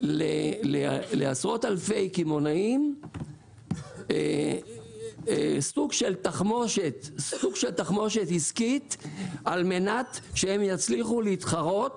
לעשרות אלפי קמעוניים סוג של תחמושת עסקית על מנת שהם יצליחו להתחרות